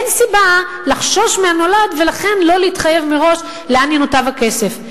אין סיבה לחשוש מהנולד ולכן לא להתחייב מראש לאן ינותב הכסף.